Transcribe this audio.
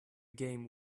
game